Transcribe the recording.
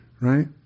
right